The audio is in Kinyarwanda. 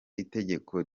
itegeko